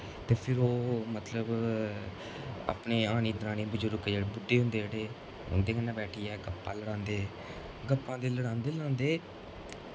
ते फिर ओह् मतलब अपने हानी त्रानी बजुर्ग जेह्ड़े बुड्डे होंदे उं'दे कन्नै बैठियै गप्पां लांदे गप्पां ते लड़ांदे गै लड़ांदे